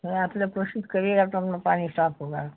نہیں آپ لوگ کوشش کرئیے گا تب نہ پانی صاف ہوگا